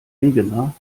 wegener